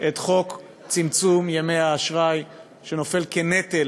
את חוק צמצום ימי האשראי שנופל כנטל